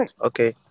Okay